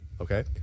Okay